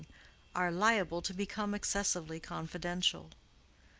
are liable to become excessively confidential.